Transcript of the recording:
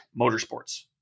Motorsports